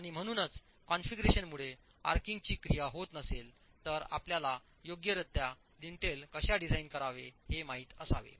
आणि म्हणूनच कॉन्फिगरेशनमुळे आर्चींगची क्रिया होत नसेल तर आपल्याला योग्यरित्या लिंटेल कशा डिझाइन करावे हे माहित असावे